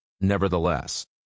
nevertheless